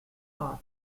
ort